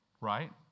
Right